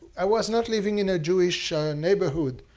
i was not living in a jewish ah neighborhood.